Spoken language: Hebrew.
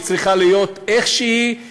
היא צריכה להיות איך שהיא,